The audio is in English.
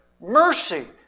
mercy